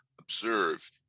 observe